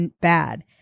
bad